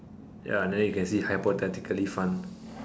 ya then you can see hypothetically fun